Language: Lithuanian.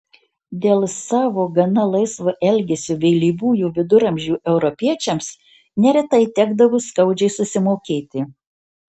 dėl savo gana laisvo elgesio vėlyvųjų viduramžių europiečiams neretai tekdavo skaudžiai susimokėti